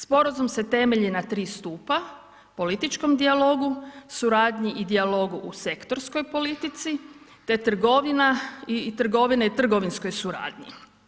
Sporazum se temelji na tri stupa, političkom dijalogu, suradnju i dijalogu u sektorskoj politici te trgovine i trgovinskoj suradnji.